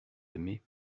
aimée